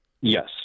Yes